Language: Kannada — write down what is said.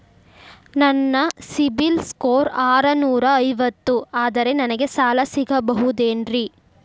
ನನ್ನ ಸಿಬಿಲ್ ಸ್ಕೋರ್ ಆರನೂರ ಐವತ್ತು ಅದರೇ ನನಗೆ ಸಾಲ ಸಿಗಬಹುದೇನ್ರಿ?